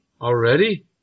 Already